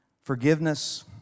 Forgiveness